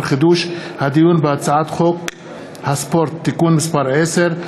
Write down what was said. חידוש הדיון בהצעת חוק הספורט (תיקון מס' 10),